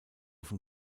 von